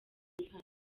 rihanna